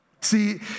See